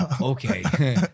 Okay